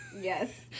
Yes